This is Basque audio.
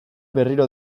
berriro